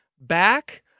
back